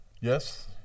Yes